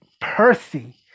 Percy